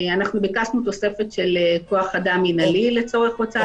ביקשנו תוספת של כוח אדם מינהלי לצורך הוצאת החוק לפועל.